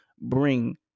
bring